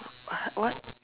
what what